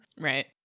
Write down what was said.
right